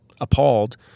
appalled